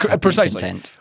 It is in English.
Precisely